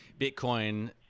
Bitcoin